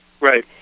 Right